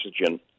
oxygen